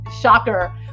shocker